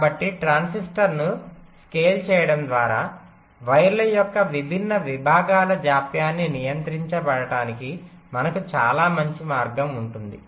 కాబట్టి ట్రాన్సిస్టర్ను స్కేల్ చేయడం ద్వారా వైర్ల యొక్క విభిన్న విభాగాల జాప్యాన్ని నియంత్రించడానికి మనకు చాలా మంచి మార్గం ఉంటుంది